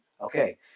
Okay